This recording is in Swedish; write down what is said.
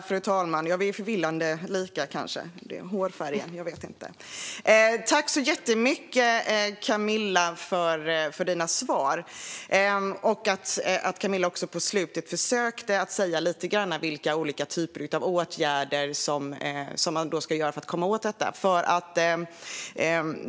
Fru talman! Tack, Camilla Mårtensen, för svaren! På slutet försökte Camilla Mårtensen säga lite om vilka olika typer av åtgärder man kan vidta för att komma åt detta.